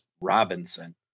Robinson